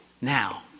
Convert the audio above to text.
Now